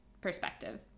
perspective